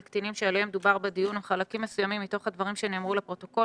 קטינים שעליהם דובר בדיון או חלקים מסוימים מתוך הדברים שנאמרו לפרוטוקול